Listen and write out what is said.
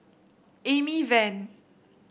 Amy Van